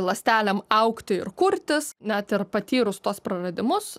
ląstelėm augti ir kurtis net ir patyrus tuos praradimus